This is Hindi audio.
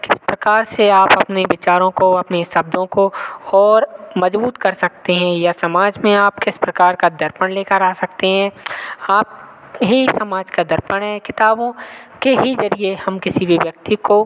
किस प्रकार से आप अपने विचारों को अपने शब्दों को और मजबूत कर सकते हैं या समाज में आप किस प्रकार का दर्पण लेकर आ सकते हैं आप ही समाज का दर्पण हैं किताबों के ही जरिए हम किसी भी व्यक्ति को